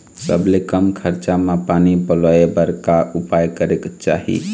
सबले कम खरचा मा पानी पलोए बर का उपाय करेक चाही?